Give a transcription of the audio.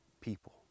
people